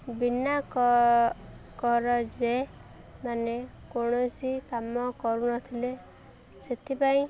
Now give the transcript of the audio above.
ବିନା କରଜରେ ମାନେ କୌଣସି କାମ କରୁନଥିଲେ ସେଥିପାଇଁ